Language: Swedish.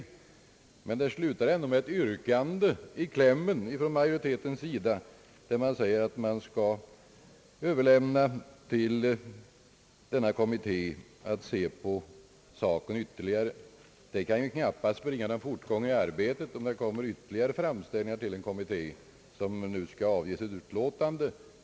Men majoriteten slutar ändå med ett yrkande i klämmen där man säger att man skall överlämna till denna kommitté att ytterligare se på frågan. Det kan knappast bringa någon fortgång i arbetet om det kommer ytterligare framställningar till den kommitté som inom en nära framtid skall avge sitt utlåtande.